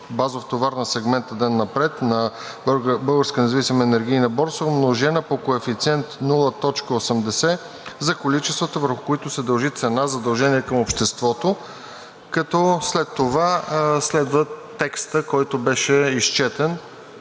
базов товар на сегмента „ден напред“ на Българска независима енергийна борса, умножена по коефициент 0.80 за количествата, върху които се дължи цена задължение към обществото“, като след това следва текстът, който беше изчетен